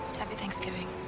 happy thanksgiving.